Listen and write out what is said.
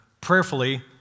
prayerfully